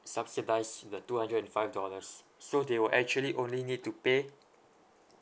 subsidise the two hundred and five dollars so they will actually only need to pay